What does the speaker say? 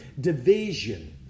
division